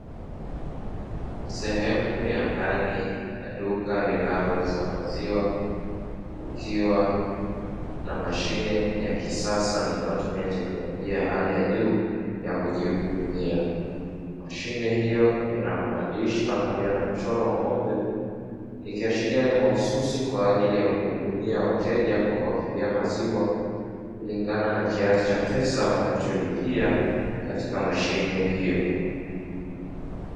Sehemu ya ndani ya duka linalouza maziwa kukiwa na mashine ya kisasa na inayotumia teknolojia ya hali ya juu ya kujihudumia. Mashine hiyo inamaandishi pamoja na mchoro wa ng'ombe ikiashiria ni mahususi kwa ajili ya kuhudumia wateja kwa kuwapimia maziwa kulingana na kiasi cha pesa wanacholipia katika mashine hiyo.